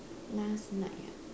last night ah